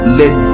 let